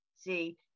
see